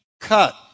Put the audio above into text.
cut